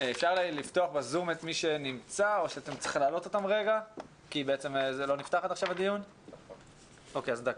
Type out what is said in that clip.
הישיבה